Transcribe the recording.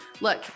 Look